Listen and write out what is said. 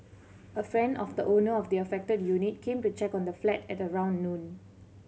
a friend of the owner of the affected unit came to check on the flat at around noon